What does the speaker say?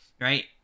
Right